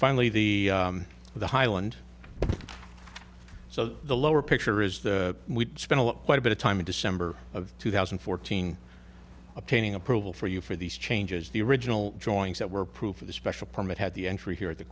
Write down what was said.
finally the the highland so the lower picture is that we spent a lot quite a bit of time in december of two thousand and fourteen obtaining approval for you for these changes the original drawings that were approved for the special permit had the entry here at the